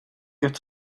get